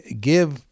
give